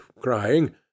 crying